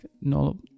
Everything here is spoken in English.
no